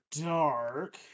dark